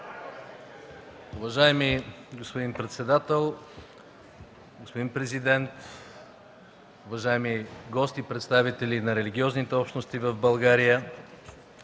Уважаеми господин председател, господин президент, уважаеми гости, представители на религиозните общности в България,